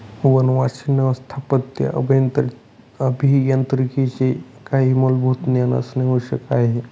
वनवासींना स्थापत्य अभियांत्रिकीचे काही मूलभूत ज्ञान असणे आवश्यक आहे